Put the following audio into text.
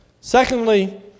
Secondly